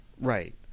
Right